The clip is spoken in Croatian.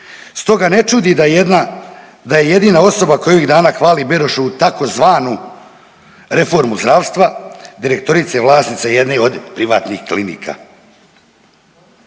Stoga ne čudi da je jedina osoba koju ovih dana hvali Beroš u tzv. reformu zdravstva direktorica i vlasnica jedne od privatnih klinika.